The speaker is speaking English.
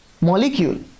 molecule